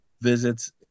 visits